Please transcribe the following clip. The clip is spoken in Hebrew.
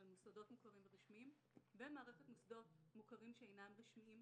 למוסדות מוכרים ורשמיים ומערכת מוסדות מוכרים שאינם רשמיים,